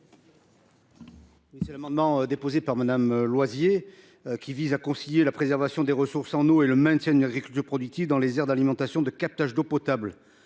Cet amendement de Mme Loisier vise à concilier la nécessaire préservation des ressources en eau et le maintien d’une agriculture productive dans les aires d’alimentation de captages d’eau potable.